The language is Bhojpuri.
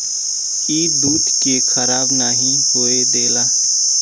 ई दूध के खराब नाही होए देला